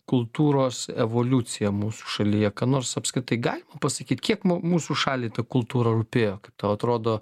kultūros evoliuciją mūsų šalyje ką nors apskritai galima pasakyt kiek mūsų šaliai ta kultūra rūpėjo kaip tau atrodo